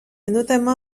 notamment